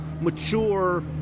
mature